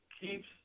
keeps